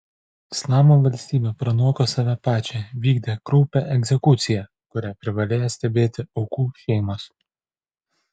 islamo valstybė pranoko save pačią vykdė kraupią egzekuciją kurią privalėjo stebėti aukų šeimos